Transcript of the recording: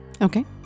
Okay